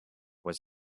was